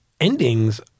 endings